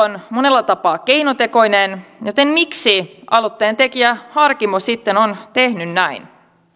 on monella tapaa keinotekoinen joten miksi aloitteen tekijä harkimo sitten on tehnyt näin